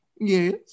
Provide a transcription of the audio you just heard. Yes